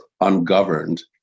ungoverned